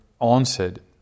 answered